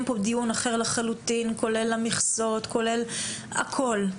דיון אחר לחלוטין כולל המכסות והכול.